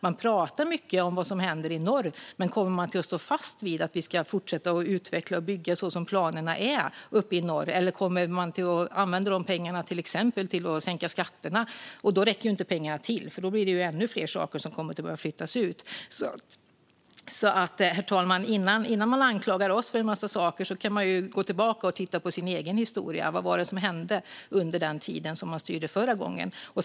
Man pratar mycket om vad som händer i norr, men kommer man att stå fast vid att det ska fortsätta att utvecklas och byggas enligt planerna uppe i norr - eller kommer man att använda de pengarna till att exempelvis sänka skatterna? Då räcker ju inte pengarna till, för då blir det ännu fler saker som kommer att behöva flyttas ut. Innan man anklagar oss för en massa saker, herr talman, kan man alltså gå tillbaka och titta på sin egen historia. Vad var det som hände under den tiden man styrde förra gången?